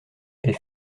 elle